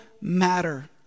matter